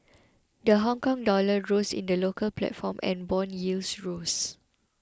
the Hongkong dollar rose in the local platform and bond yields rose